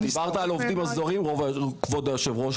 אגב, דיברת על העובדים הזרים, כבוד יושב הראש.